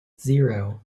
zero